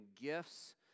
gifts